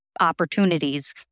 opportunities